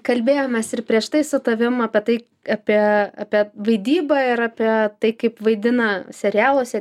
kalbėjomės ir prieš tai su tavim apie tai apie apie vaidybą ir apie tai kaip vaidina serialuose